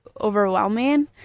overwhelming